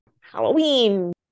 Halloween